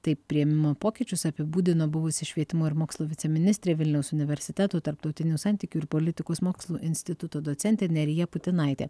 taip priėmimo pokyčius apibūdino buvusi švietimo ir mokslo viceministrė vilniaus universiteto tarptautinių santykių ir politikos mokslų instituto docentė nerija putinaitė